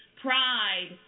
Pride